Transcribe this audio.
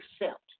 accept